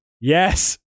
Yes